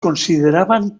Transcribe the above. consideraban